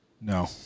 No